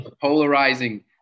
polarizing